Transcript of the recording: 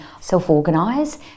self-organise